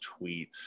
tweets